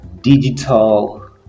digital